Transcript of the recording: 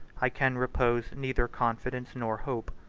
i can repose neither confidence nor hope.